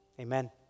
Amen